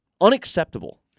Unacceptable